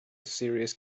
serious